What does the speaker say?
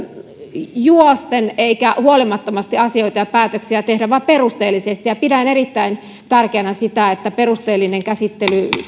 juosten eikä huolimattomasti asioita ja päätöksiä tehdä vaan perusteellisesti ja pidän erittäin tärkeänä sitä että perusteellinen käsittely